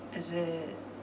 is it